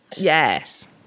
Yes